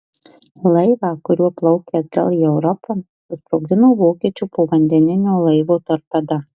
laivą kuriuo plaukė atgal į europą susprogdino vokiečių povandeninio laivo torpeda